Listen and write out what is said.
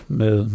med